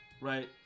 Right